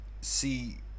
see